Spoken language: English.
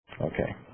okay